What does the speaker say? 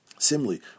Similarly